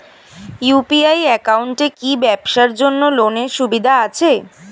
UPI একাউন্টে কি ব্যবসার জন্য লোনের সুবিধা আছে?